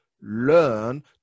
learn